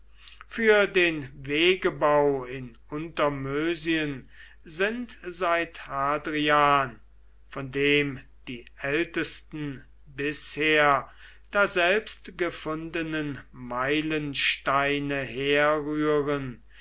für den wegebau in untermösien sind seit hadrian von dem die ältesten bisher daselbst gefundenen meilensteine herrühren